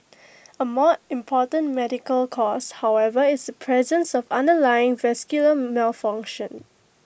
A more important medical cause however is the presence of underlying vascular malformations